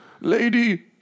Lady